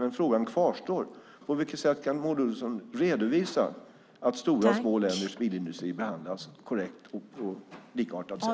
Men frågan kvarstår: Kan Maud Olofsson redovisa att stora och små länders bilindustrier behandlas korrekt och på likartat sätt?